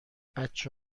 بچه